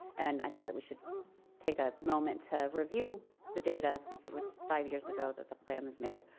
and i think that we should take a moment to review the data since it was five years ago that the plan was made.